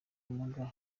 ubumuga